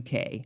UK